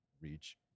reach